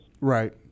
Right